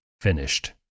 finished